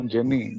Jenny